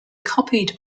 copied